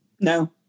No